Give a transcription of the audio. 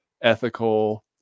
ethical